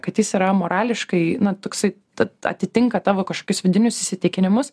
kad jis yra morališkai na toksai tad atitinka tavo kažkokius vidinius įsitikinimus